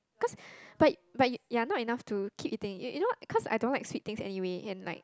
cause but but ya not enough to keep eating it you you know cause I don't like sweet things anyway and like